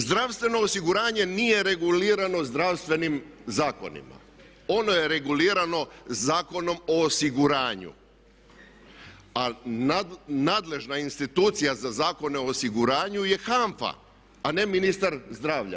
Zdravstveno osiguranje nije regulirano zdravstvenim zakonima, ono je regulirano Zakonom o osiguranju, a nadležna institucija za Zakon o osiguranju je HANFA a ne ministra zdravlja.